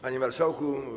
Panie Marszałku!